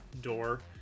door